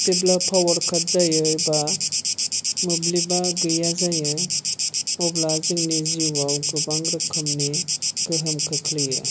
जेब्ला पावार कात जायो बा मोब्लिबा गैया जायो अब्ला जोंनि जिउआव गोबां रोखोमनि गोहोम खोख्लैयो